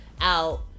out